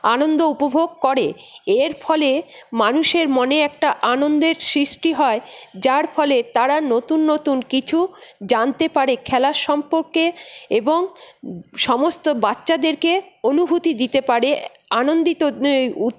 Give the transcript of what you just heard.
আনন্দ উপভোগ করে এর ফলে মানুষের মনে একটা আনন্দের সৃষ্টি হয় যার ফলে তারা নতুন নতুন কিছু জানতে পারে খেলার সম্পর্কে এবং সমস্ত বাচ্চাদেরকে অনুভূতি দিতে পারে আনন্দিত